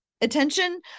attention